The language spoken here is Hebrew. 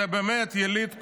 הוא יליד קורדובה,